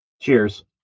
Cheers